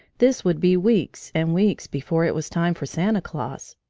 this would be weeks and weeks before it was time for santa claus,